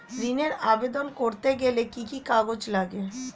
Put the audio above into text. ঋণের আবেদন করতে গেলে কি কি কাগজ লাগে?